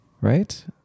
Right